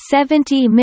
Seventy